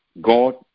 God